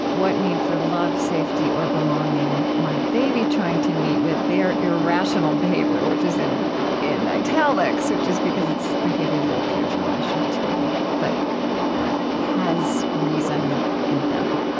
what need for love, safety, or belonging might they be trying to meet with their irrational behavior? which is in in italics, just because it's behavior that appears irrational to me but has reason in them